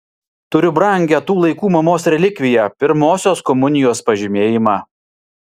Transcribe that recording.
turiu brangią tų laikų mamos relikviją pirmosios komunijos pažymėjimą